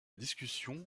discussion